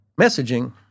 messaging